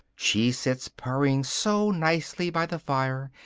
she sits purring so nicely by the fire,